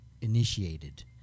initiated